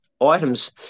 items